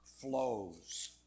flows